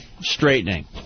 straightening